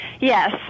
Yes